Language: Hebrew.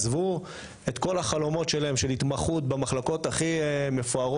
אנשים שעזבו את כל החלומות שלהם על התמחות במחלקות הכי מפוארות,